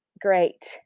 great